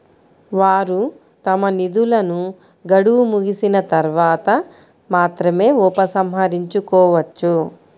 వారు తమ నిధులను గడువు ముగిసిన తర్వాత మాత్రమే ఉపసంహరించుకోవచ్చు